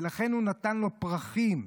ולכן הוא נתן לו פרחים.